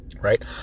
Right